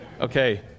Okay